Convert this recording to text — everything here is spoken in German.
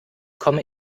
komme